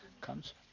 comes